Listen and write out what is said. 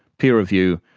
peer review,